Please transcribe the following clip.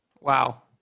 Wow